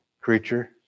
creature